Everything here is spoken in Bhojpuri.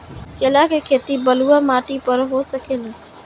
केला के खेती बलुआ माटी पर हो सकेला का?